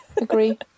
agree